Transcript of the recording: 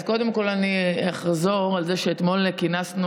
אז קודם כול אני אחזור על כך שאתמול כינסנו,